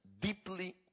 deeply